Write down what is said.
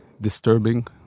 disturbing